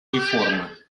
реформы